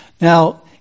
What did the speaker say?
Now